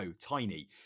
Tiny